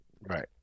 Right